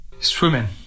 Swimming